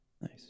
Nice